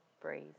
breeze